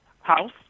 house